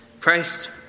Christ